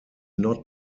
not